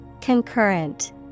Concurrent